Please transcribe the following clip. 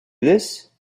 this